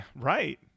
Right